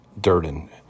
Durden